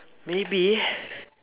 maybe